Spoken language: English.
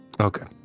okay